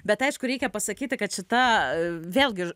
bet aišku reikia pasakyti kad šita vėlgi